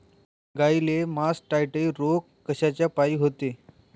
गाईले मासटायटय रोग कायच्यापाई होते?